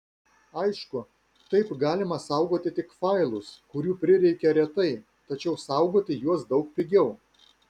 aišku taip galima saugoti tik failus kurių prireikia retai tačiau saugoti juos daug pigiau